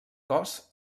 cos